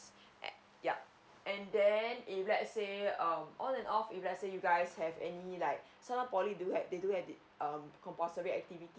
yup and then if let's say um on and off if let's say you guys have any like some of poly do have they do have um compulsory activity